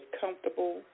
comfortable